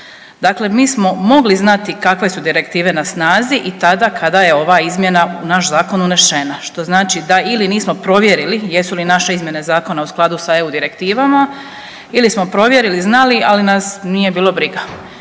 Dakle, mi smo mogli znati kakve su direktive na snazi i tada kada je ova izmjena u naš Zakon unešena, što znači ili da nismo provjerili jesu li naše izmjene zakona u skladu sa EU direktivama ili smo provjerili, znali, ali nas nije bilo briga.